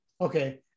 Okay